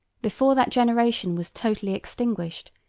before that generation was totally extinguished,